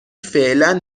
فعلا